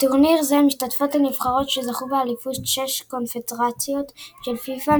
בטורניר זה משתתפות הנבחרות שזכו באליפות שש הקונפדרציות של פיפ"א,